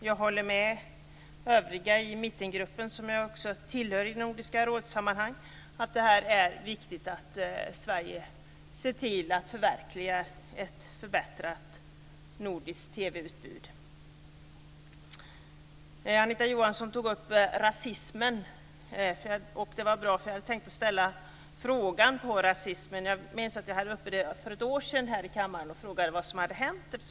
Jag håller med de övriga i mittengruppen, som jag också tillhör i det här sammanhanget, att det är viktigt att Sverige ser till att förverkliga en förbättring av det nordiska TV-utbudet. Anita Johansson tog upp rasismen. Det var bra, eftersom jag tänkte ställa en fråga om det. Jag minns att jag för ett år sedan här i kammaren frågade vad som hade hänt.